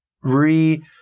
re